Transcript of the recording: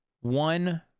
one